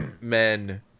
men